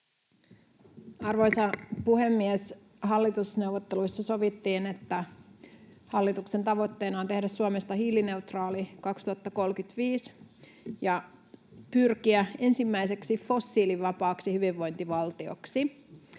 Arvoisa puhemies! Hallitusneuvotteluissa sovittiin, että hallituksen tavoitteena on tehdä Suomesta hiilineutraali 2035 ja pyrkiä ensimmäiseksi fossiilivapaaksi hyvinvointivaltioksi.